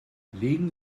legen